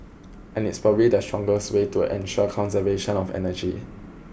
and it's probably the strongest way to ensure conservation of energy